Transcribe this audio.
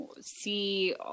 see